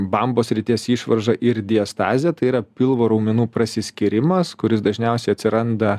bambos srities išvarža ir diastazė tai yra pilvo raumenų prasiskyrimas kuris dažniausiai atsiranda